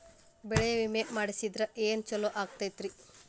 ಬೆಳಿ ವಿಮೆ ಮಾಡಿಸಿದ್ರ ಏನ್ ಛಲೋ ಆಕತ್ರಿ?